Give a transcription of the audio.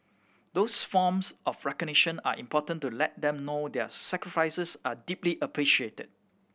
these forms of recognition are important to let them know their sacrifices are deeply appreciated